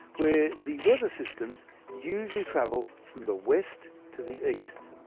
where the weather systems usually travel from the west to the east.